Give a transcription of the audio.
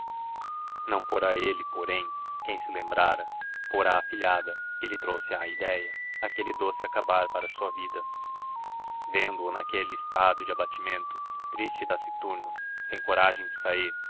não fora ele porém quem se lembrara fora a afilhada que lhe trouxe à idéia aquele doce acabar para a sua vida vendo-o naquele estado de abatimento triste e taciturno sem coragem de sair